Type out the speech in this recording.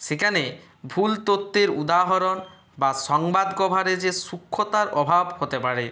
সেখানে ভুল তথ্যের উদাহরণ বা সংবাদ কভারেজে সূক্ষ্ণতার অভাব হতে পারে